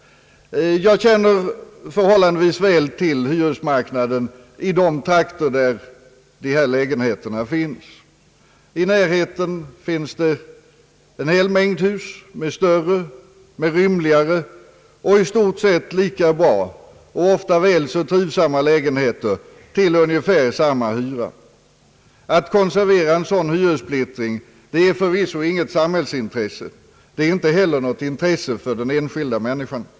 Jag känner förhållandevis väl till hyresmarknaden i de trakter där dessa lägenheter finns. I närheten finns en hel mängd hus med större och rymligare och i stort sett lika bra och ofta väl så trivsamma lägenheter för ungefär samma hyra. Att konservera en sådan hyressplittring är förvisso inte något samhällsintresse och inte heller något intresse för den enskilda människan.